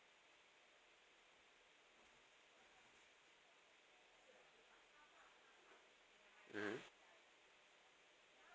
mmhmm